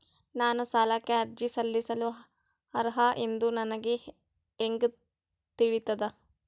ನಾನು ಸಾಲಕ್ಕೆ ಅರ್ಜಿ ಸಲ್ಲಿಸಲು ಅರ್ಹ ಎಂದು ನನಗೆ ಹೆಂಗ್ ತಿಳಿತದ?